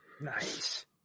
Nice